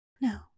No